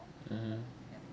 mmhmm